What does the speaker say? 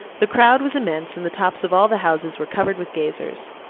the crowd was immense, and the tops of all the houses were covered with gazers.